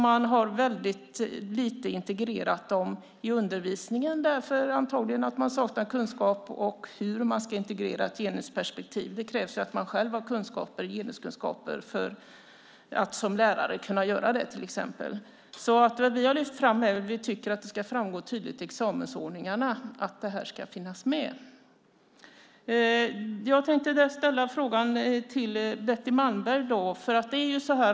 Man har väldigt lite integrerat den i undervisningen. Det beror antagligen på att man saknar kunskap om hur man ska integrera ett genusperspektiv. Det krävs att man själv har genuskunskaper för att till exempel som lärare kunna göra det. Vi har lyft fram det för att vi tycker att det ska framgå tydligt i examensordningarna att det ska finnas med. Jag tänker ställa en fråga till Betty Malmberg.